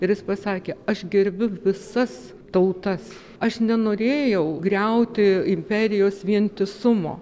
ir jis pasakė aš gerbiu visas tautas aš nenorėjau griauti imperijos vientisumo